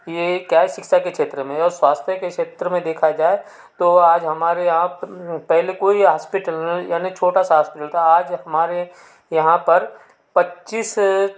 यह क्या है शिक्षा के क्षेत्र में और स्वास्थ्य के क्षेत्र में देखा जाए तो आज हमारे यहाँ पहले कोई हॉस्पिटल यानी छोटा सा हॉस्पिटल था आज हमारे यहाँ पर पच्चीस